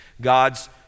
God's